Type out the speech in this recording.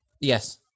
Yes